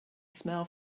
smell